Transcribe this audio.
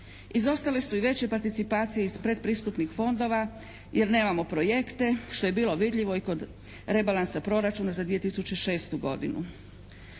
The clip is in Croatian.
Izostale su i veće participacije iz pretpristupnih fondova jer nemamo projekte što je bilo vidljivo i kod rebalansa proračuna za 2006. godinu.